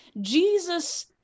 Jesus